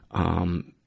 um,